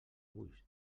ulls